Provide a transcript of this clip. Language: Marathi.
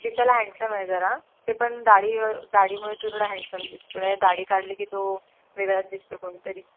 दिसायला हँडसम आहे जरा ते पण दाढी व दाढीमुळे तो थोडा हँडसम दिसतो नाही दाढी काढली की तो वेगळाच दिसतो कोणतरी